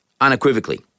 unequivocally